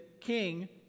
king